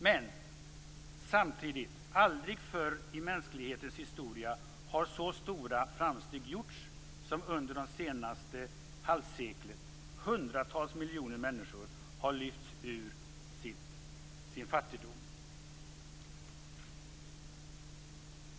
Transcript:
Men samtidigt har aldrig förr i mänsklighetens historia så stora framsteg gjorts som under det senaste halvseklet. Hundratals miljoner människor har lyfts ur sin fattigdom.